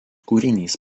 kūrinys